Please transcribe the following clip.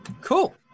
Cool